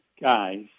guys